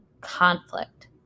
conflict